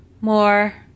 more